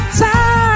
time